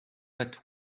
that